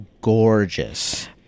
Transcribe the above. gorgeous